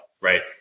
right